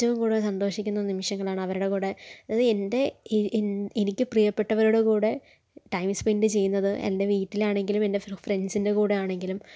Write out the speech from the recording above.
ഏറ്റവും കൂടുതൽ സന്തോഷിക്കുന്ന നിമിഷങ്ങളാണ് അവരുടെ കൂടെ അത് എൻ്റെ ഇ ഇൻ എനിക്ക് പ്രിയപ്പെട്ടവരുടെ കൂടെ ടൈം സ്പെൻറ്റ് ചെയ്യുന്നത് എൻ്റെ വീട്ടിലാണെങ്കിലും എൻ്റെ ഫ്രണ്ട്സിൻ്റെ കൂടെയാണെങ്കിലും